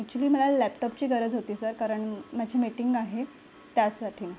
actually मला लॅपटॉपची गरज होती सर कारण माझी मीटिंग आहे त्यासाठी